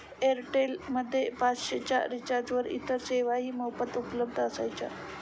Airtel मध्ये पाचशे च्या रिचार्जवर इतर सेवाही मोफत उपलब्ध असायच्या